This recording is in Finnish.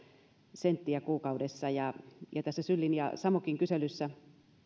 kuukaudessa ja tässä sylin ja samokin kyselyssä